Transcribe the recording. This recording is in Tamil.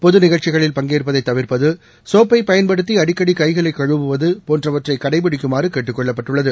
பொது நிகழ்ச்சிகளில் பங்கேற்பதை தவிர்ப்பது சோப்பை பயன்படுத்தி அடிக்கடி கைகளை கழுவுவது போன்றவற்றை கடைப்பிடிக்குமாறு கேட்டுக்கொள்ளப்பட்டுள்ளது